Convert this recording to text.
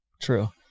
True